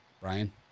Brian